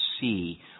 see